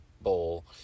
bowl